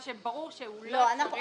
מה שברור שהוא לא אפשרי,